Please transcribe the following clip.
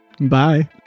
Bye